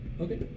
okay